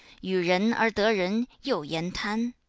yu ren er de ren, you yan tan,